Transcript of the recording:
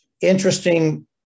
interesting